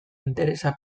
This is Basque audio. interesa